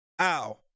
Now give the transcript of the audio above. Ow